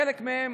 חלק מהם